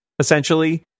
essentially